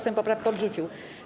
Sejm poprawkę odrzucił.